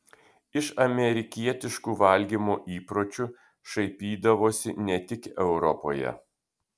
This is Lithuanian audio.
iš amerikietiškų valgymo įpročių šaipydavosi ne tik europoje